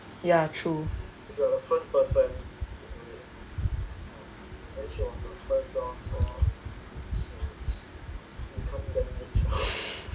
ya true